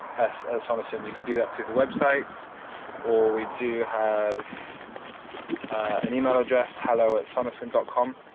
us at sonocent. you can do that through the website or we do have an email address hello at sonocent dot com